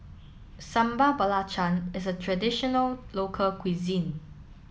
Sambal Belacan is a traditional local cuisine